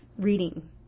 reading